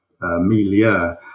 milieu